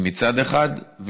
מצד אחד,